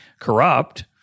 corrupt